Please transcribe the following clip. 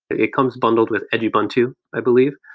it comes bundled with edubuntu, i believe,